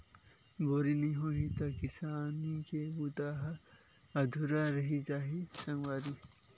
बोरी नइ होही त किसानी के बूता ह अधुरा रहि जाही सगवारी